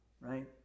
right